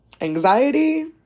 Anxiety